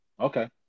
Okay